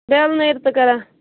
bell نٔر تہِ کران